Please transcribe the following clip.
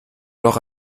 noch